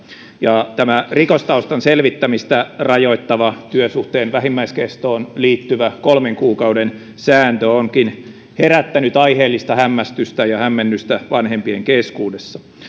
ja tämä rikostaustan selvittämistä rajoittava työsuhteen vähimmäiskestoon liittyvä kolmen kuukauden sääntö onkin herättänyt aiheellista hämmästystä ja hämmennystä vanhempien keskuudessa